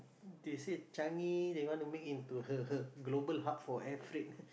they say Changi they want to make into her her global hub for air freight